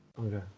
Okay